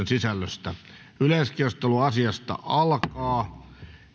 sisällöstä yleiskeskustelu alkaa